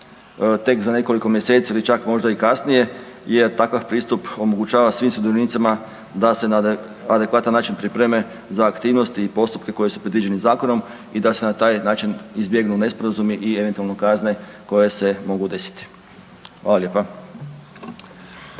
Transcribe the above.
tek za nekoliko mjeseci ili čak možda i kasnije jer takav pristup omogućava svim sudionicima da se na adekvatan način pripreme za aktivnosti i postupke koji su predviđeni zakonom i da se na taj način izbjegnu nesporazumi i eventualno kazne koje se mogu desiti. Hvala lijepa.